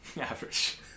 average